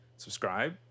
Subscribe